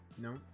No